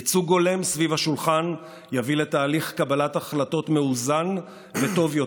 ייצוג הולם סביב השולחן יביא לתהליך קבלת החלטות מאוזן וטוב יותר,